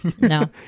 No